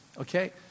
okay